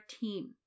team